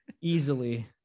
easily